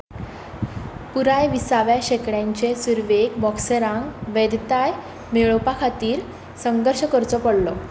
पुराय विसाव्या शेकड्यांचे सुरवेक बॉक्सरांक वैद्यताय मेळोवपा खातीर संघर्श करचो पडलो